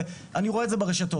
אני רואה את זה ברשתות,